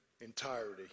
entirety